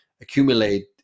accumulate